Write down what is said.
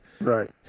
Right